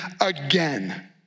again